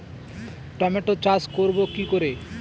Tomato চাষ করব কি করে?